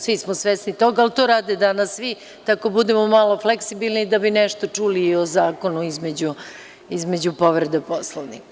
Svi smo svesni toga, ali to rade danas svi, tako da budemo malo fleksibilni da bi nešto čuli i o zakonu između povreda Poslovnika.